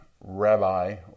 rabbi